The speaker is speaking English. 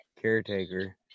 caretaker